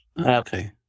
Okay